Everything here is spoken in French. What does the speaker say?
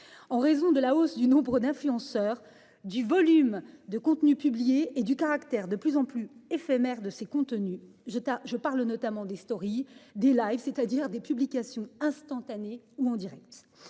en raison de la hausse du nombre d'influenceurs du volume de contenus publiés et du caractère de plus en plus éphémère de ces contenus jeta je parle notamment des stories des la, c'est-à-dire des Publications instantanée ou en Direct.